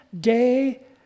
day